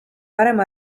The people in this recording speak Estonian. varem